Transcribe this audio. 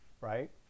Right